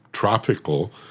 Tropical